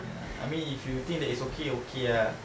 ya I mean if you think that it's okay okay ah